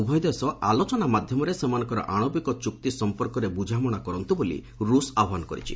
ଉଭୟ ଦେଶ ଆଲୋଚନା ମାଧ୍ୟମରେ ସେମାନଙ୍କର ଆଶବିକ ଚୁକ୍ତି ସମ୍ପର୍କରେ ବୁଝାମଣା କରନ୍ତୁ ବୋଲି ରୁଷ ଆହ୍ନାନ କରିଛି